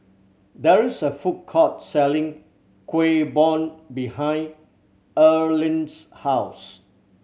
there is a food court selling Kuih Bom behind Earlene's house